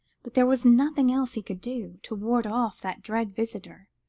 but there was nothing else he could do, to ward off that dread visitor,